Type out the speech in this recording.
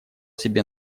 себе